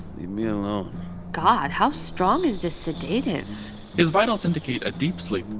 you know god, how strong is this sedative? his vitals indicate a deep sleep.